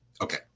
Okay